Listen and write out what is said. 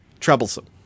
Troublesome